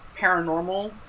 paranormal